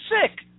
sick